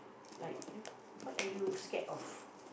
like you know what are you scared of